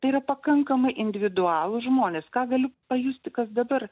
tai yra pakankamai individualūs žmonės ką gali pajusti kas dabar